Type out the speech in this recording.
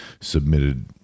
submitted